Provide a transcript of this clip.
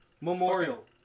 Memorial